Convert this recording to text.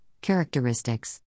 characteristics